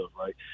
Right